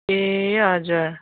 ए हजुर